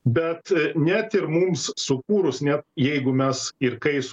bet net ir mums sukūrus net jeigu mes ir kai